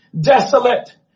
desolate